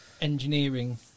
engineering